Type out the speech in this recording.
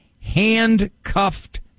handcuffed